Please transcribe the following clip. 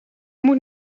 moet